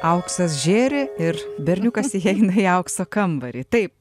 auksas žėri ir berniukas įeina į aukso kambarį taip